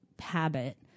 habit